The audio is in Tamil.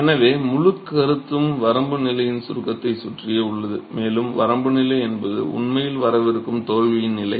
எனவே முழுக் கருத்தும் வரம்பு நிலையின் கருத்தைச் சுற்றியே உள்ளது மேலும் வரம்பு நிலை என்பது உண்மையில் வரவிருக்கும் தோல்வியின் நிலை